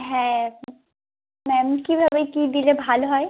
হ্যাঁ ম্যাম কীভাবে কী দিলে ভালো হয়